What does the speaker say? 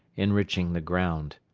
enriching the ground.